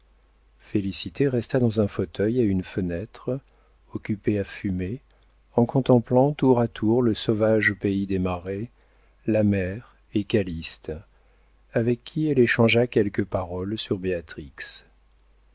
félicité resta dans un fauteuil à une fenêtre occupée à fumer en contemplant tour à tour le sauvage pays des marais la mer et calyste avec qui elle échangea quelques paroles sur